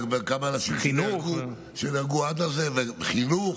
וכמה אנשים שנהרגו, וחינוך,